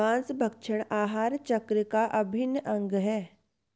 माँसभक्षण आहार चक्र का अभिन्न अंग है